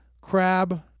crab